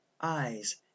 Eyes